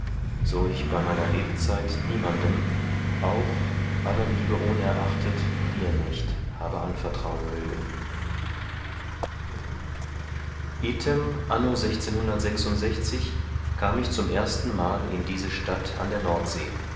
so ich bei meiner lebzeit niemandem auch aller liebe ohnerachtet dir nicht habe anvertrauen mögen item anno kam ich zum ersten mal in diese stadt an der nordsee